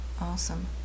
Awesome